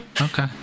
Okay